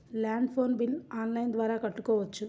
Land phone bill online ద్వారా కట్టుకోవచ్చు?